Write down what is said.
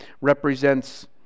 represents